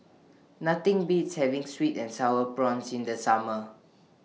Nothing Beats having Sweet and Sour Prawns in The Summer